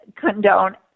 condone